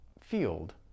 field